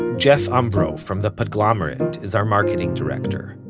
jeff umbro, from the podglomerate, is our marketing director.